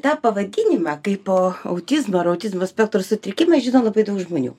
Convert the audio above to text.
tą pavadinimą kaip autizmą ar autizmo spektro sutrikimą žino labai daug žmonių